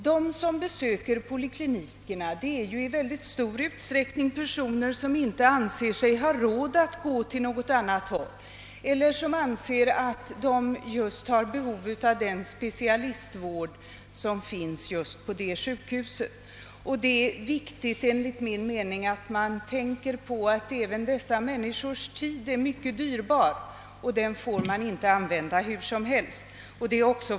De som besöker poliklinikerna är i stor utsträckning personer som inte anser sig ha råd att söka läkare på annat håll eller som har behov av just den specialistvård som finns på ett visst sjukhus. Det är enligt min mening viktigt att man tänker på att även dessa människors tid är mycket dyrbar och inte får användas hur som helst.